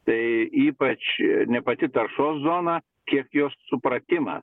tai ypač ne pati taršos zona kiek jos supratimą